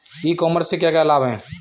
ई commerce से क्या क्या लाभ हैं?